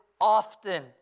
often